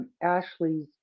Ashley's